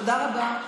תודה רבה.